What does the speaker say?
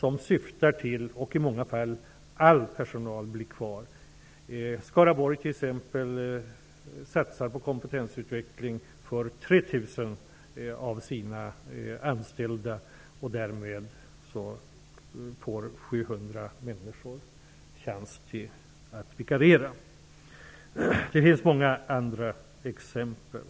I många fall blir hela personalen kvar. I Skaraborgs kommun, t.ex., satsar man på kompetensutveckling för 3 000 av sina anställda. Därmed får 700 människor chans att vikariera. Det finns många andra exempel.